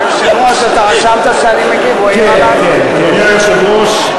אדוני היושב-ראש,